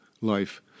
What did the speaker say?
life